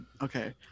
Okay